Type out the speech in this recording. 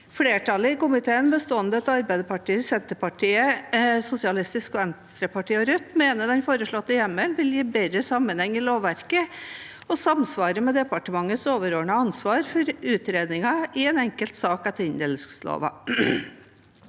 Flertallet i komiteen, bestående av Arbeiderpartiet, Senterpartiet, Sosialistisk Venstreparti og Rødt, mener den foreslåtte hjemmelen vil gi bedre sammenheng i lovverket og samsvare med departementets overordnede ansvar for utredningen i en enkelt sak etter inndelingsloven.